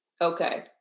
Okay